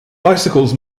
bicycles